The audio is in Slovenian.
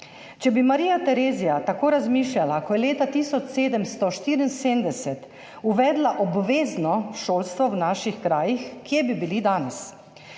Če bi Marija Terezija tako razmišljala, ko je leta 1774 uvedla obvezno šolstvo v naših krajih, kje bi bili danes?